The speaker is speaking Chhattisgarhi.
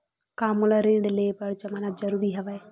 का मोला ऋण ले बर जमानत जरूरी हवय?